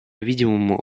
видимому